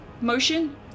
motion